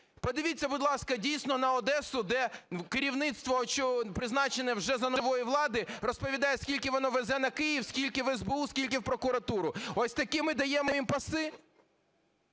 Подивіться, будь ласка, дійсно, на Одесу, де керівництво, що призначене вже за нової влади, розповідає, скільки воно везе на Київ, скільки в СБУ, скільки в прокуратуру. Ось такі ми даємо їм пости?